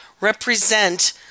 represent